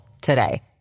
today